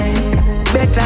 Better